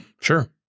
Sure